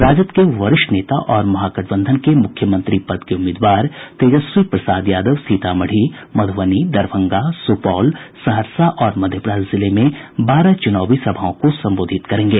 राजद के वरिष्ठ नेता और महागठबंधन के मुख्यमंत्री पद के उम्मीदवार तेजस्वी प्रसाद यादव सीतामढ़ी मध्रबनी दरभंगा सुपौल सहरसा और मधेप्रा जिले में बारह चुनावी सभाओं को संबोधित करेंगे